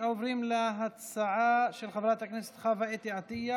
31 חברי כנסת בעד,